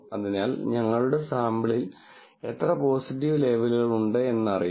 അതിനാൽ ഞങ്ങളുടെ സാമ്പിളിൽ എത്ര പോസിറ്റീവ് ലേബലുകൾ ഉണ്ട് അറിയാം